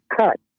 cut